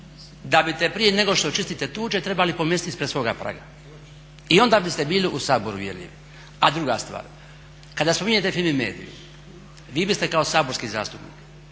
da biste nego što očistite tuđe trebali pomesti ispred svoga praga i onda biste bili u Saboru uvjerljivi. A druga stvar. Kada spominjete FIMI Mediu vi biste kao saborski zastupnik